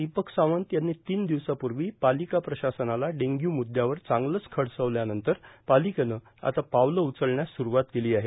दीपक सावंत यांनी तीन दिवसांपूर्वी पालिका प्रशासनाला डेंग्यू म्द्यावर चांगलेच खडसावल्यानंतर पालिकेने आता पावले उचलण्यास स्रुवात केली आहे